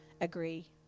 agree